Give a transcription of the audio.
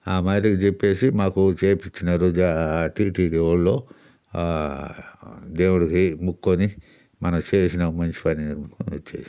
ఆ మాదిరి చెప్పేసి మాకు చేయిపిచ్చినారు జా టీటీడీ వోళ్ళు దేవుడుకి మొక్కుకొని మనకి చేసిన మంచి పని అని మొక్కుకొని వచ్చేసినాం